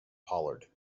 pollard